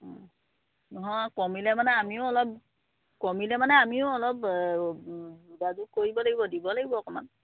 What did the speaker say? অঁ নহয় কমিলে মানে আমিও অলপ কমিলে মানে আমিও অলপ যোগাযোগ কৰিব লাগিব দিব লাগিব অকণমান